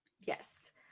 yes